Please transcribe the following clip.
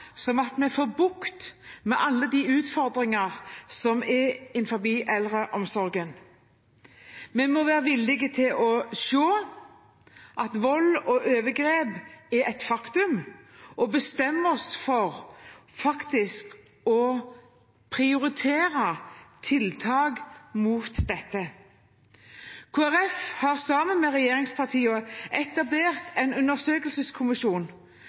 som at vi får bukt med alle utfordringer innen eldreomsorgen. Vi må være villig til å se at vold og overgrep er et faktum, og bestemme oss for faktisk å prioritere tiltak mot dette. Kristelig Folkeparti har sammen med regjeringspartiene etablert en undersøkelseskommisjon